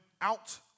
out